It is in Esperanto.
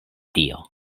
tio